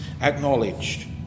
acknowledged